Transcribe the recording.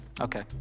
Okay